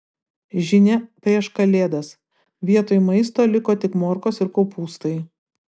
žinia prieš kalėdas vietoj maisto liko tik morkos ir kopūstai